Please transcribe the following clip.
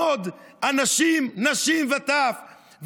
אתם מנסים לקעקע את עולם התורה,